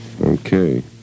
Okay